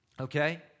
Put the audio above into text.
okay